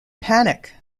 panic